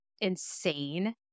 insane